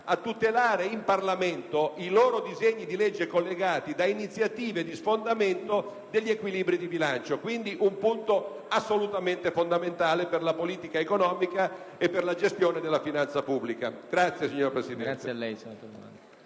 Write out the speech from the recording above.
a tutelare in Parlamento i loro disegni di legge collegati da iniziative di sfondamento degli equilibri di bilancio. È una questione assolutamente fondamentale per la politica economica e per la gestione della finanza pubblica. *(Applausi della